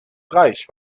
reich